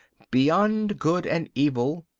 beyond good and evil,